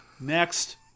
Next